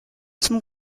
zum